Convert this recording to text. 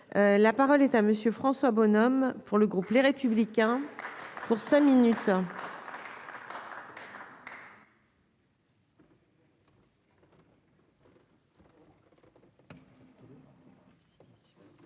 la parole est à monsieur François Bonhomme pour le groupe Les Républicains pour cinq minutes.